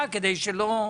לפני 10 ימים נפל בישראל.